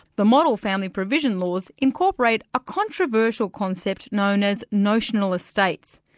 the model family provision laws incorporate a controversial concept known as notional estates.